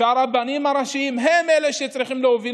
והרבנים הראשיים הם אלה שצריכים להוביל